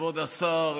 כבוד השר,